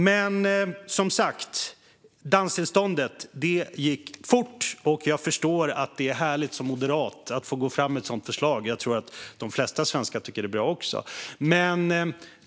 Men med danstillståndet gick det fort. Jag förstår att det är härligt för en moderat att få gå fram med ett sådant förslag, och jag tror att de flesta svenskar också tycker att det är bra.